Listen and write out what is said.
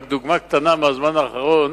דוגמה קטנה מהזמן האחרון